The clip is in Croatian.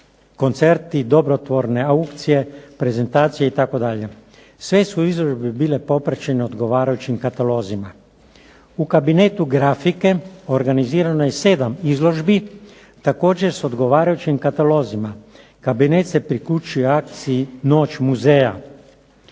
koncerti, dobrotvorne aukcije, prezentacije itd. Sve su u izložbi bile popraćene odgovarajućim katalozima. U kabinetu grafike organizirano je 7 izložbi također sa odgovarajućim katalozima. Kabinet se priključuje akciji noć muzeja.